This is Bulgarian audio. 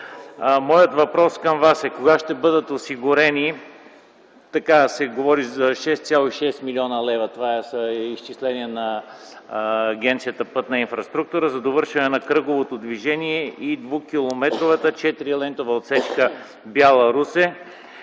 Моят въпрос към Вас е: кога ще бъдат осигурени, така се говори, за 6,6 млн. лв. – това е изчисление на Агенция „Пътна инфраструктура” – за довършване на кръговото движение и 2-километровата 4-лентова отсечка Бяла-Русе?